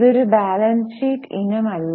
ഇത് ഒരു balance sheet ഇനമല്ല